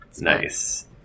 Nice